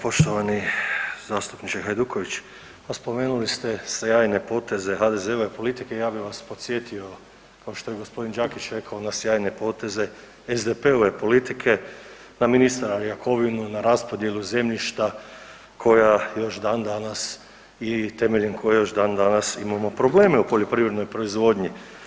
Poštovani zastupniče Hajduković, pa spomenuli ste sjajne poteze HDZ-ove politike i ja bih vas podsjetio kao što je g. Đakić rekao na sjajne poteze SDP-ove politike na ministra Jakovinu, na raspodjelu zemljišta koja još dan danas i temeljem koje još dan danas imamo probleme u poljoprivrednoj proizvodnji.